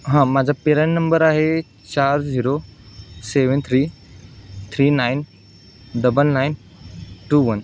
हां माझा पीरन नंबर आहे चार zero seven three three nine double nine two one